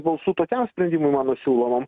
balsų tokiam sprendimui mano siūlomam